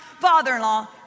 father-in-law